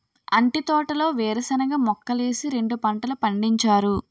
అంటి తోటలో వేరుశనగ మొక్కలేసి రెండు పంటలు పండించారు